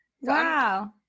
Wow